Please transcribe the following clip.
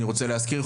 אני רוצה להזכיר,